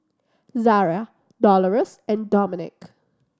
Zaria Dolores and Dominick